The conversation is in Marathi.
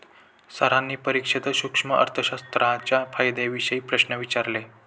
सरांनी परीक्षेत सूक्ष्म अर्थशास्त्राच्या फायद्यांविषयी प्रश्न विचारले